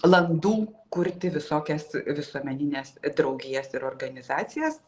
landų kurti visokias visuomenines draugijas organizacijas